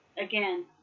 Again